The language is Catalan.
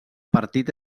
partit